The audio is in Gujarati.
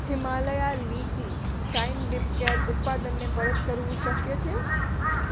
Himalaya lychee shine lip care ઉત્પાદનને પરત કરવું શક્ય છે